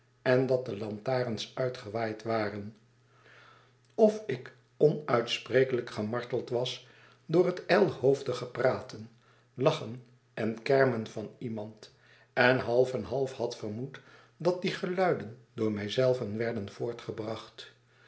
en dat de lantarens uitgewaaid waren of ik onuitsprekelijk gemarteld was door het ijlhoofdige praten lachen en kermen van iemand en half en half had vermoed dat die geluiden door mij zelven werden voortgebracht